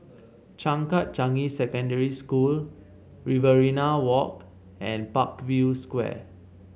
Changkat Changi Secondary School Riverina Walk and Parkview Square